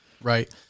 right